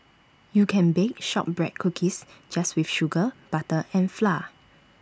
you can bake Shortbread Cookies just with sugar butter and flour